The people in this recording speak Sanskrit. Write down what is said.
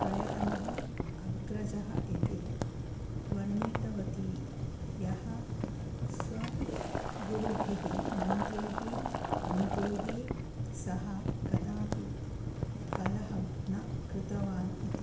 प्रयतमः अग्रजः इति वर्णितवती यः स्व गुरुभिः मन्त्रैः अन्तैः सः कदापि कलहं न कृतवान् इति